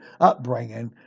upbringing